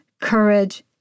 courage